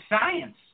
science